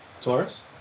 Taurus